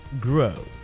grow